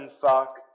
fuck